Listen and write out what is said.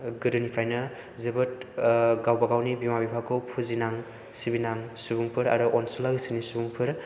गोदोनिफायनो जोबोद गावबागावनि बिमा बिफाखौ फुजिनां सिबिनां सुबुंफोर आरो अनसुला गोसोनि सुबुंफोर